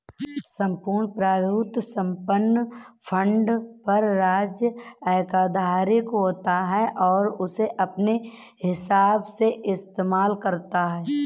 सम्पूर्ण प्रभुत्व संपन्न फंड पर राज्य एकाधिकार होता है और उसे अपने हिसाब से इस्तेमाल करता है